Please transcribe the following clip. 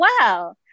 wow